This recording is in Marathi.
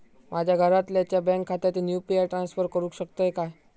माझ्या घरातल्याच्या बँक खात्यात यू.पी.आय ट्रान्स्फर करुक शकतय काय?